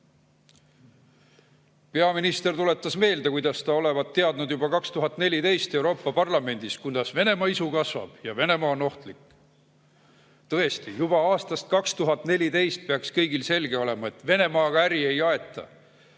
mänginud. Peaminister tuletas meelde, kuidas ta olevat teadnud juba 2014. aastal Euroopa Parlamendis, kuidas Venemaa isu kasvab ja Venemaa on ohtlik. Tõesti, juba aastast 2014 peaks kõigile olema selge, et Venemaaga äri ei aeta.